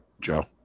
Joe